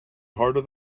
harder